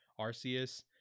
Arceus